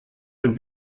ein